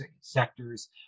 sectors